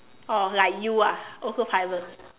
oh like you ah also private